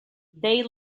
they